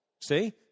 See